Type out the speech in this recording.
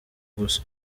gusa